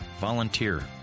volunteer